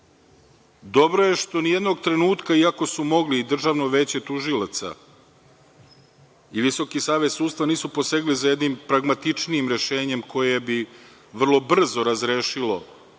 Dobro je što nijednog trenutka, iako su mogli, i Državno veće tužilaca i Visoki savet sudstva, nisu posegli za jednim pragmatičnijim rešenjem koje bi vrlo brzo razrešilo